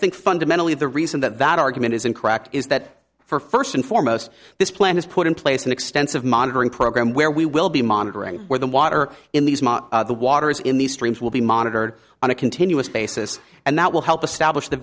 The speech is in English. think fundamentally the reason that that argument is in cracked is that for first and foremost this plan is put in place an extensive monitoring program where we will be monitoring where the water in the water is in these streams will be monitored on a continuous basis and that will help establish the